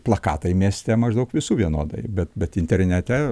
plakatai mieste maždaug visų vienodai bet internete